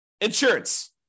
insurance